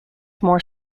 more